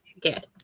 get